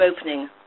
opening